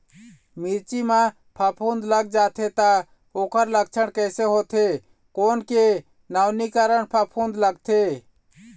मिर्ची मा फफूंद लग जाथे ता ओकर लक्षण कैसे होथे, कोन के नवीनीकरण फफूंद लगथे?